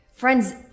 Friends